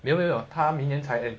没有没有他明年才 end